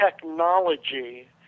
technology